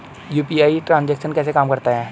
UPI transaction कैसे काम करता है?